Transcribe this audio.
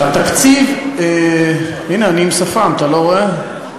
התקציב, הנה, אני עם שפם, אתה לא רואה?